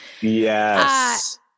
Yes